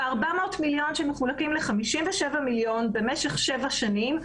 ב-400 מיליון שמחולקים ל-57 מיליון במשך שבע שנים,